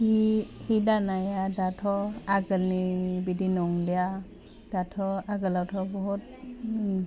हि हि दानाया दाथ' आगोलनि बिदि नंलिया दाथ' आगोलावथ' बुहुत ओम